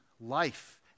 life